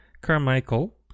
Carmichael